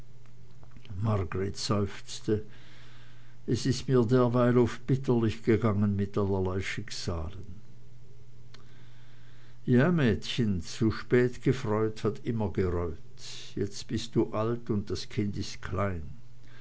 es ist mir derweil oft bitterlich gegangen mit allerlei schicksalen ja mädchen zu spät gefreit hat immer gereut jetzt bist du alt und das kind ist klein